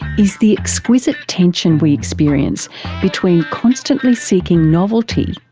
is the exquisite tension we experience between constantly seeking novelty,